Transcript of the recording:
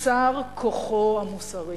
"סר כוחו המוסרי".